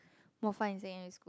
more fun in secondary school